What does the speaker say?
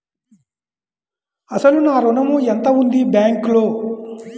అసలు నా ఋణం ఎంతవుంది బ్యాంక్లో?